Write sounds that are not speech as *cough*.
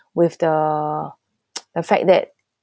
with the *noise* the fact that